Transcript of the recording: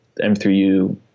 M3U